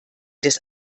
des